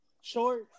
short